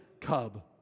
cub